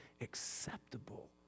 acceptable